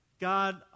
God